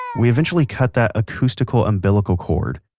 we eventually cut that acoustical umbilical cord.